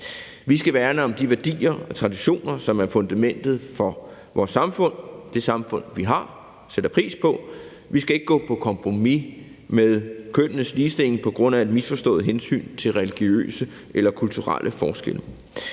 Vi skal værne om de værdier og traditioner, som er fundamentet for vores samfund – det samfund, vi har og sætter pris på. Vi skal ikke gå på kompromis med kønnenes ligestilling på grund af et misforstået hensyn til religiøse eller kulturelle forskelle.